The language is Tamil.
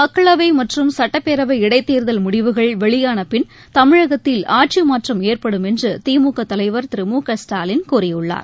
மக்களவை மற்றும் சுட்டப்பேரவை இடைத் தேர்தல் முடிவுகள் வெளியான பின் தமிழகத்தில் ஆட்சி மாற்றம் ஏற்படும் என்று திமுக தலைவர் திரு மு க ஸ்டாலின் கூறியுள்ளார்